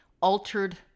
altered